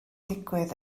digwydd